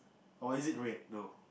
or is it red though